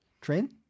Train